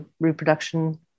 reproduction